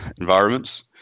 environments